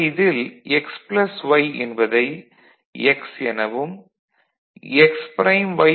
ஆக இதில் x y என்பதை x எனவும் x'